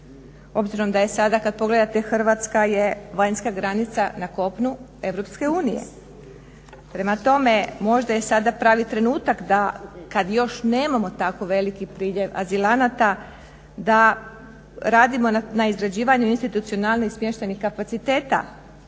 Obzirom da je sada kad pogledate Hrvatska je vanjska granica na kopnu EU. Prema tome, možda je sada pravi trenutak da kad još nemamo tako veliki priljev azilanata da radimo na izgrađivanju institucionalnih smještajnih kapaciteta.